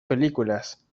películas